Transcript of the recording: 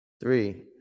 three